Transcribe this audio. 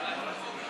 אדוני.